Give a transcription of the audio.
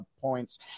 points